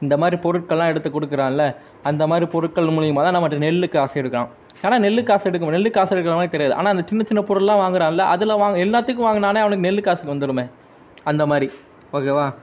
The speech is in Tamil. இந்த மாதிரி பொருட்களெலாம் எடுத்து கொடுக்கறான்ல அந்த மாதிரி பொருட்கள் மூலயமா தான் நம்மள்கிட்ட நெல் காசு எடுக்கிறான் ஆனால் நெல்லுக்கு காசு எடுக்க நெல்லுக்கு காசு எடுக்கிற மாதிரி தெரியாது ஆனால் அந்த சின்ன சின்ன பொருளெலாம் வாங்கறான்ல அதில் வாங்கு எல்லாத்துக்கும் வாங்கினானே அவனுக்கு நெல் காசுக்கு வந்துடுமே அந்த மாதிரி ஓகேவா